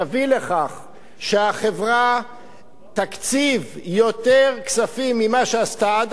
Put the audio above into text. תביא לכך שהחברה תקציב יותר כספים ממה שנתנה עד